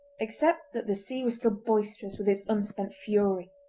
except that the sea was still boisterous with its unspent fury.